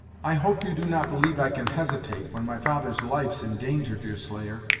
i hope you do not believe i can hesitate, when my father's life's in danger, deerslayer!